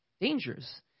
Dangers